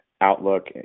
outlook